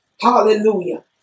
hallelujah